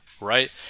right